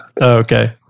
Okay